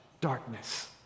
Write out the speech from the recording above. darkness